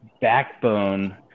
backbone